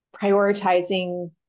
prioritizing